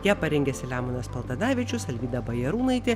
ją parengė selemonas paltanavičius alvyda bajarūnaitė